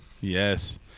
Yes